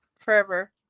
forever